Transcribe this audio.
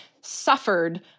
suffered